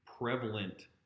prevalent